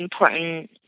important